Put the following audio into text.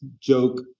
joke